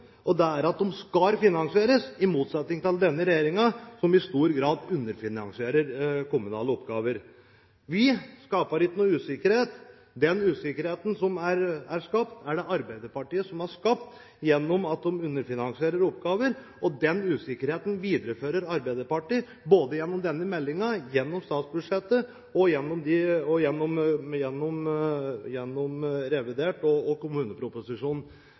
at de skal finansieres – i motsetning til hva denne regjeringen gjør ved i stor grad å underfinansiere kommunale oppgaver. Vi skaper ikke noe usikkerhet. Den usikkerheten som er skapt, er det Arbeiderpartiet som har skapt gjennom at de underfinansierer oppgaver. Den usikkerheten viderefører Arbeiderpartiet gjennom denne meldingen, gjennom statsbudsjettet, gjennom revidert nasjonalbudsjett og kommuneproposisjonen. Fremskrittspartiet og